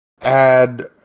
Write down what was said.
add